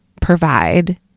provide